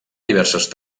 diverses